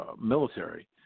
military